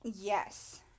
Yes